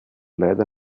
leider